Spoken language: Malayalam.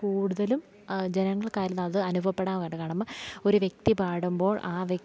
കൂടുതലും ജനങ്ങൾക്കായിരുന്നത് അനുഭവപ്പെടാൻ വേണ്ട കടമ ഒരു വ്യക്തി പാടുമ്പോൾ ആ വ്യക്തി